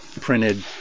printed